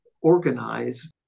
organize